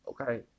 okay